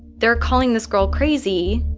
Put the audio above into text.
they're calling this girl crazy.